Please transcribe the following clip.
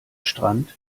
strand